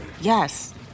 Yes